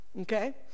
okay